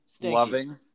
loving